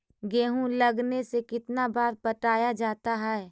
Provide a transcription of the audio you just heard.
गेहूं लगने से कितना बार पटाया जाता है?